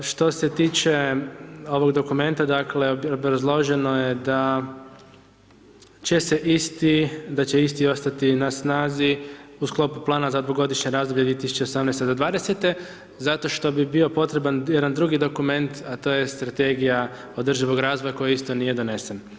Što se tiče ovog dokumenta dakle, obrazloženo je da će isti ostati na snazi u sklopu plana za dvogodišnje razdoblje od 2018. do 2020. zato što bi bio potreban jedan drugi dokument a to je Strategija održivog razvoja koji isto nije donesen.